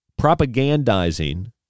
propagandizing